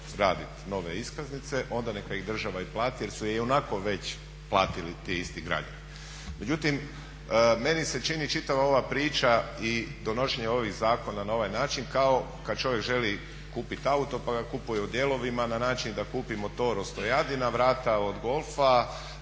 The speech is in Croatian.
raditi nove iskaznice onda neka ih država i plati jer su je i onako već platili ti isti građani. Međutim, meni se čini čitava ova priča i donošenje novih zakona na ovaj način kao kada čovjek želi kupiti auto pa ga kupuje u dijelovima na način da kupi motor od stojadina, vrata od golfa,